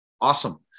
Awesome